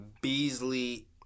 Beasley